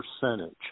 percentage